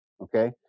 Okay